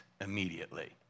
immediately